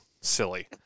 Silly